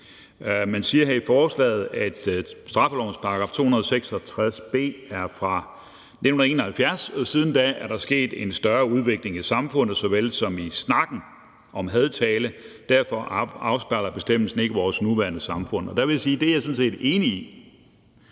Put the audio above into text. Man siger her i beslutningsforslaget: »Straffelovens § 266 b er fra 1971, og siden da er der sket en større udvikling i samfundet såvel som i snakken om hadtale. Derfor afspejler bestemmelsen ikke vores nuværende samfund«. Der vil jeg sige, at det er jeg sådan set enig i.